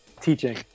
Teaching